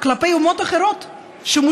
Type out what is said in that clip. שלנו כלפי אומות אחרות שמושמדות,